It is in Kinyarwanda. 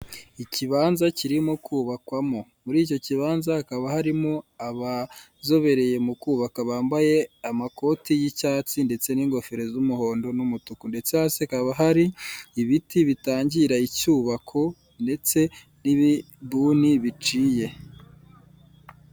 Ikibanza kirimo kubakwamo. Muri icyo kibanza hakaba harimo abazobereye mu kubaka bambaye amakote y'icyatsi ndetse n'ingofero z'umuhondo n'umutuku, ndetse hasi hakaba hari ibiti bitangira icyubako, ndetse n'ibibuni biciye.